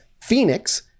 Phoenix